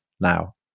now